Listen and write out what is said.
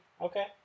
Okay